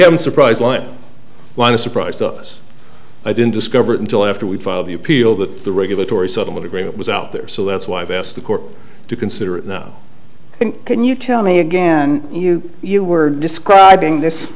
a surprise line one a surprise to us i didn't discover it until after we filed the appeal that the regulatory settlement agreement was out there so that's why i've asked the court to consider it now can you tell me again you you were describing this